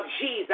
Jesus